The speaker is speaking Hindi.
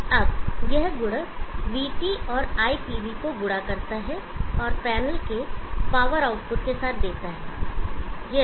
अब यह गुणक vT और iPV को गुणा करता है और पैनल के पावर आउटपुट के साथ देता है